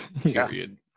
period